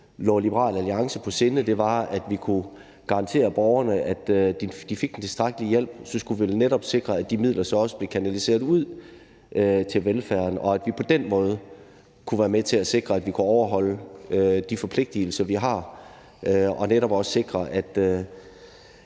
lå Liberal Alliance på sinde, var, at vi kunne garantere borgerne, at de fik tilstrækkelig hjælp, så skulle vi da netop sikre, at de midler så også blev kanaliseret ud til velfærden, og at vi på den måde kunne være med til at sikre, at vi kunne overholde de forpligtelser, vi har, og netop også sikre, at